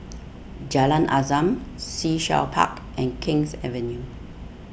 Jalan Azam Sea Shell Park and King's Avenue